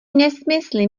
nesmysly